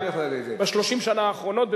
ב-30 השנה האחרונות,